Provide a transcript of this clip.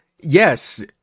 yes